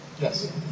Yes